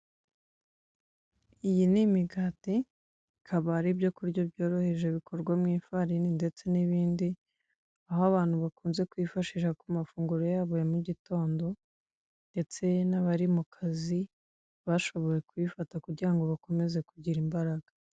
Iyi ni imigati, akaba ari ibyo kurya byoroheje bikorwa mu ifarini ndetse n'ibindi, aho abantu bakunze kwifashisha ku mafunguro yabo ya mugitondo, ndetse n'abari mu kazi bashobora kuyifata kugira ngo bagire imbaraga.